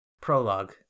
Prologue